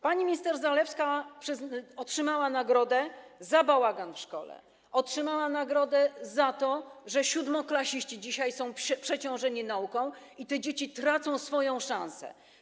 Pani minister Zalewska otrzymała nagrodę za bałagan w szkole, otrzymała nagrodę za to, że siódmoklasiści dzisiaj są przeciążeni nauką i te dzieci tracą swoją szansę.